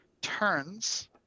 turns